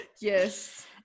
Yes